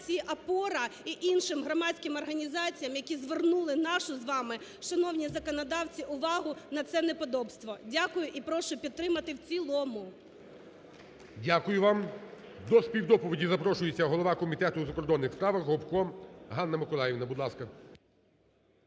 "ОПОРА" і іншим громадським організаціям, які звернули нашу з вами, шановні законодавці, увагу на це неподобство. Дякую. І прошу підтримати в цілому. ГОЛОВУЮЧИЙ. Дякую вам. До співдоповіді запрошується голова Комітету у закордонних справах Гопко Ганна Миколаївна,